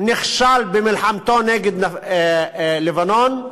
נכשל במלחמתו נגד לבנון,